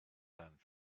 than